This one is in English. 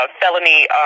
felony